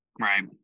Right